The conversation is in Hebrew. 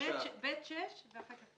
סעיף (ב)(6).